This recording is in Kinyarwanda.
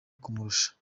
kumurusha